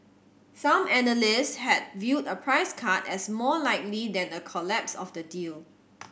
some analyst had viewed a price cut as more likely than a collapse of the deal